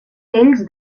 ells